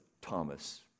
Thomas